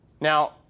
Now